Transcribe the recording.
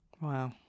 Wow